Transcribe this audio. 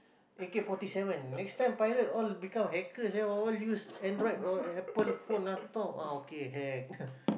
A_K forty seven next time pirate all become hackers ah all use Android or Apple phone ah talk ah okay hack